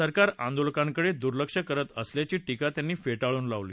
सरकार आंदोलकांकडे दुर्लक्ष करत असल्याची टीका त्यांनी फेटाळून लावली